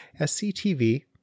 SCTV